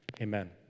Amen